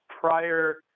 prior